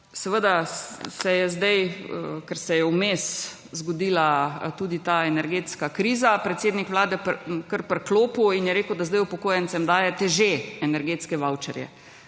seveda se je sedaj, ker se je vmes zgodila tudi energetska kriza predsednik Vlade, kar priklopil in je rekel, da sedaj upokojencev dajete že energetske vavčerje.